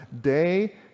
day